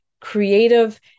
creative